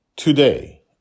Today